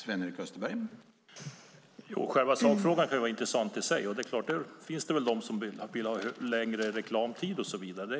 Herr talman! Själva sakfrågan är intressant, och det är klart att det finns de som vill ha längre reklamtid och så vidare.